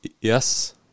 Yes